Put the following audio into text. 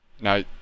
Now